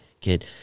kid